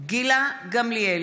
גילה גמליאל,